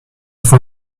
for